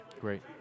Great